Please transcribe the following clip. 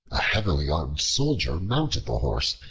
a heavily armed soldier mounted the horse,